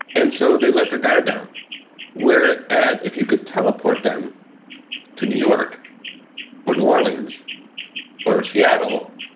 and so they let their guard down where as if you could teleport them to new york or new orleans or seattle.